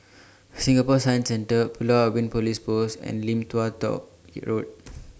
Singapore Science Centre Pulau Ubin Police Post and Lim Tua Tow Road